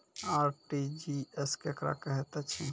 RTGS केकरा कहैत अछि?